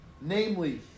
namely